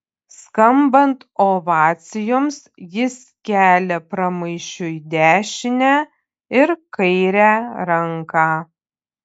skambant ovacijoms jis kelia pramaišiui dešinę ir kairę ranką